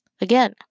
Again